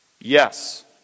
Yes